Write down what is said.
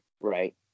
right